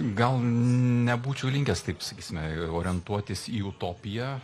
gal nebūčiau linkęs taip sakysime orientuotis į utopiją